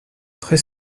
très